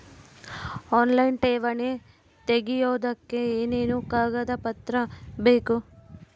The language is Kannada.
ಆನ್ಲೈನ್ ಠೇವಣಿ ತೆಗಿಯೋದಕ್ಕೆ ಏನೇನು ಕಾಗದಪತ್ರ ಬೇಕು?